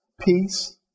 peace